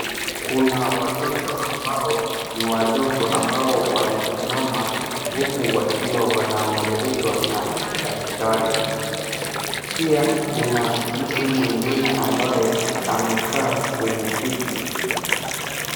Kuna watoto ambao ni wadogo ambao wamesimama, huku wakiwa wanaongeleshwa na daktari. Pia kuna mtu mwingine ambaye amekaa kwenye kiti.